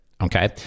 okay